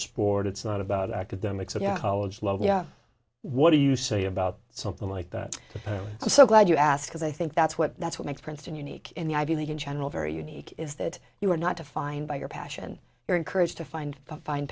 sport it's not about academics or college love what do you say about something like that so glad you asked because i think that's what that's what makes princeton unique in the ivy league in general very unique is that you are not defined by your passion you're encouraged to find